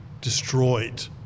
destroyed